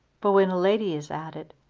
but when a lady is added,